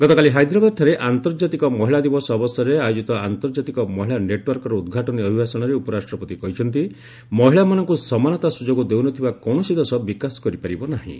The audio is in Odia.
ଗତକାଲି ହାଇଦ୍ରାବାଦଠାରେ ଆନ୍ତର୍ଜାତିକ ମହିଳା ଦିବସ ଅବସରରେ ଆୟୋଜିତ ଆନ୍ତର୍ଜାତିକ ମହିଳା ନେଟ୍ୱାର୍କର ଉଦ୍ଘାଟନୀ ଅଭିଭାଷଣରେ ଉପରାଷ୍ଟ୍ରପତି କହିଛନ୍ତି ମହିଳାମାନଙ୍କୁ ସମାନତା ସ୍ୱଯୋଗ ଦେଉ ନ ଥିବା କୌଣସି ଦେଶ ବିକାଶ କରିପାରିବ ନାହିଁ